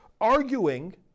arguing